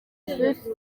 sous